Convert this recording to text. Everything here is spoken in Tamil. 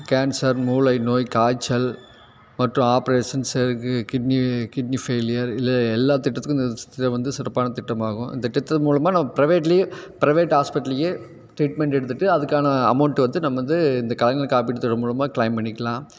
கேன்ஸர் மூளை நோய் காய்ச்சல் மற்றும் ஆப்ரேஷன் சிலருக்கு கிட்னி கிட்னி ஃபெயிலியர் இல்லை எல்லாத்திட்டத்துக்கும் இந்த இது வந்து சிறப்பானத் திட்டமாகும் இந்த திட்டம் மூலமாக நம்ம ப்ரைவேட்லேயே ப்ரைவேட் ஹாஸ்ப்பிட்லேயே ட்ரீட்மெண்ட் எடுத்துகிட்டு அதுக்கான அமௌண்ட்டு வந்து நம்ம வந்து இந்த கலைஞர் காப்பீட்டுத்திட்டம் மூலமாக க்ளைம் பண்ணிக்கலாம்